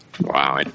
Wow